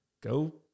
go